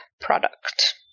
product